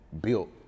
built